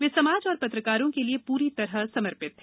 वे समाज और पत्रकारों के लिए पूरी तरह समर्पित था